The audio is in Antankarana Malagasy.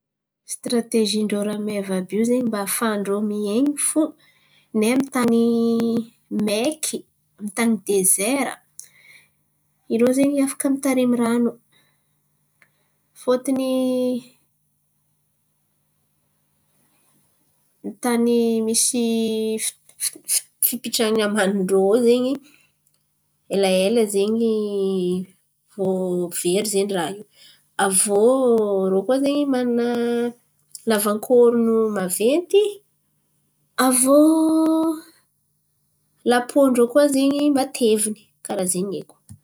Stratezy an'irô rameva àby io zen̈y mba ahafahan-drô miain̈y fo ndray amy ny tan̈y maiky amy ny tan̈y deser. Irô zen̈y afaka mitarimy ran̈o fôton̈y tan̈y misy fipitrahan̈a amanin-drô in̈y zen̈y elaela zen̈y vao very zen̈y raha io. Avy iô lapo ndrô koa zen̈y matevin̈y karà zen̈y ahaiko.